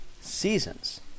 seasons